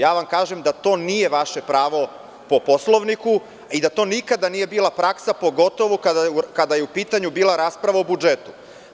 Kažem vam da to nije vaše pravo po Poslovniku i da to nikada nije bila praksa, pogotovo kada je u pitanju rasprava o budžetu.